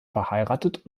verheiratet